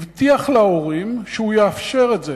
הבטיח להורים שהוא יאפשר את זה,